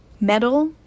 metal